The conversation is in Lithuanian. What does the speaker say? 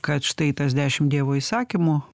kad štai tas dešim dievo įsakymų